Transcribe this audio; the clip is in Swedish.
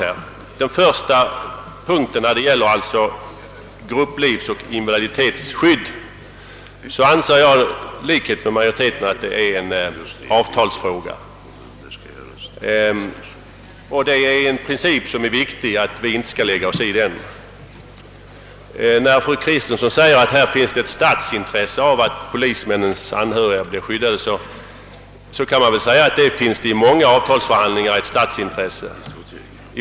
När det gäller den första punkten, som avser grupplivoch invaliditetsskydd, anser jag i likhet med majoriteten, att detta är en avtalsfråga. En viktig princip är att vi inte skall lägga oss i avtalsfrågor. Fru Kristensson säger, att det är ett statsintresse att polismännen skyddas. Men man kan säkert säga, att det i många avtalsförhandlingar föreligger ett statsintresse.